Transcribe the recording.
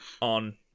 on